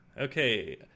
okay